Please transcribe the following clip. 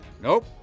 Nope